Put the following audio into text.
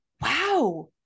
wow